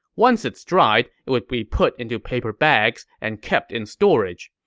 once it's dried, it would be put into paper bags and kept in storage.